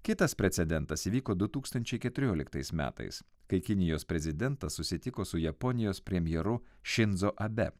kitas precedentas įvyko du tūkstančiai keturioliktais metais kai kinijos prezidentas susitiko su japonijos premjeru šindzo abe